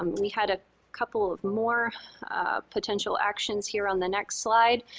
um we had a couple of more potential actions here on the next slide.